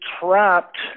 trapped